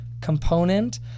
component